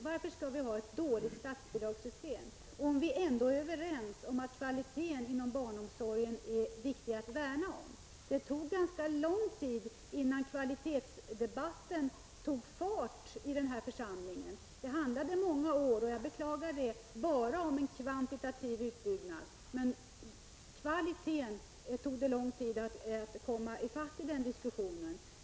Varför skall vi ha ett dåligt statsbidragssystem, när vi ändå är överens om att det är viktigt att värna om kvaliteten inom barnomsorgen? Det tog ganska lång tid innan kvalitetsdebatten tog fart i den här församlingen. Under många år handlade det bara om en kvalitativ utbyggnad, och jag beklagar det.